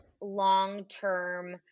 long-term